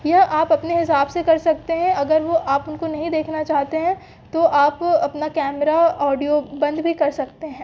यह आप अपने हिसाब से कर सकते हैं अगर वो आप उनको नहीं देखना चाहते हैं तो आप अपना कैमरा ऑडियो बंद भी कर सकते हैं